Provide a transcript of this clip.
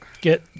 get